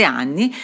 anni